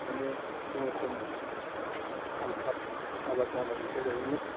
बिदिनो सैरखम हाल आबाद मावनानैसो जायोमोन